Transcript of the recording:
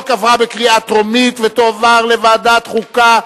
עברה בקריאה טרומית ותועבר לוועדת החוקה,